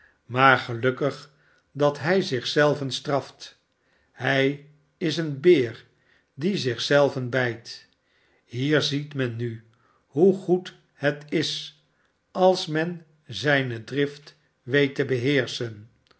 maar gelukkig dat hij zich zelven straft hij is een beer die zich zelven bijt hier ziet men nu hoe goed het is als men zijne drift weet te beheerschen